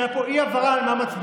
כי הייתה פה אי-הבנה על מה מצביעים,